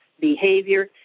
behavior